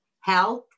health